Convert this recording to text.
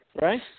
Right